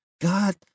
God